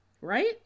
right